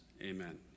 Amen